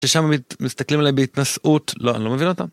ששם מסתכלים עליי בהתנשאות, לא, אני לא מבין אותם.